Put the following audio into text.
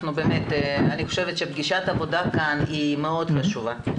אני חושבת שפגישת עבודה כאן היא מאוד חשובה.